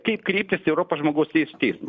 kaip kreiptis į europos žmogaus teisių teismą